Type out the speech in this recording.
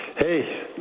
hey